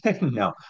no